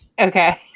Okay